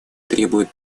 требуют